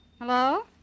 Hello